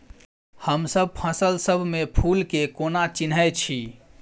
हमसब फसल सब मे फूल केँ कोना चिन्है छी?